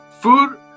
food